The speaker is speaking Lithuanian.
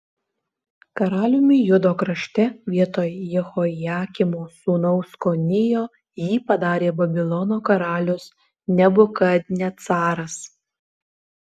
karaliumi judo krašte vietoj jehojakimo sūnaus konijo jį padarė babilono karalius nebukadnecaras